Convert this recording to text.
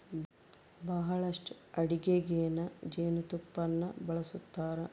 ಬಹಳಷ್ಟು ಅಡಿಗೆಗ ಜೇನುತುಪ್ಪನ್ನ ಬಳಸ್ತಾರ